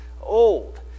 old